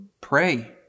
Pray